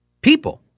people